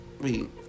Wait